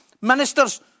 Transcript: ministers